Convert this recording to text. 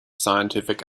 scientific